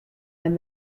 and